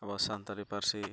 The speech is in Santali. ᱟᱵᱚᱣᱟᱜ ᱥᱟᱱᱛᱟᱲᱤ ᱯᱟᱹᱨᱥᱤ